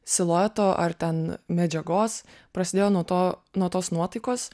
silueto ar ten medžiagos prasidėjo nuo to nuo tos nuotaikos